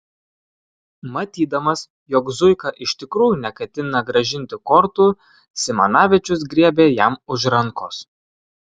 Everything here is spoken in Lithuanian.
matydamas jog zuika iš tikrųjų neketina grąžinti kortų simanavičius griebė jam už rankos